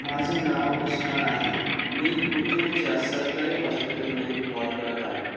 माझे नाव उस्मान आहे मी पुतूरच्या सरकारी हॉस्पिटलमधून कॉल करत आहे